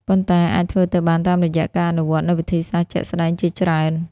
ប៉ុន្តែវាអាចធ្វើទៅបានតាមរយៈការអនុវត្តនូវវិធីសាស្ត្រជាក់ស្តែងជាច្រើន។